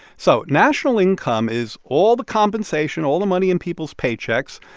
so national income is all the compensation, all the money in people's paychecks,